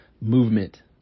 movement